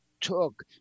took